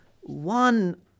one